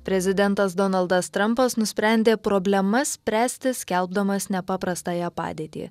prezidentas donaldas trampas nusprendė problemas spręsti skelbdamas nepaprastąją padėtį